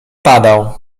padał